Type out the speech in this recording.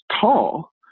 tall